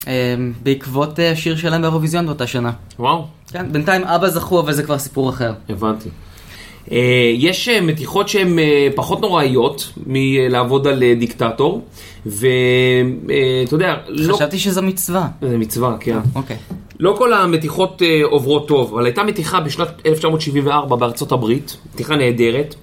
אממ... בעקבות השיר שלהם באירוויזיון באותה שנה. –וואו. –כן. בינתיים אבבא זכו, אבל זה כבר סיפור אחר. –הבנתי. אה... יש מתיחות שהן פחות נוראיות מלעבוד על דיקטטור. ואתה יודע, לא... –חשבתי שזה מצווה. –זה מצווה, כן. –אוקיי. –לא כל המתיחות עוברות טוב, אבל הייתה מתיחה בשנת 1974 בארצות הברית, מתיחה נהדרת.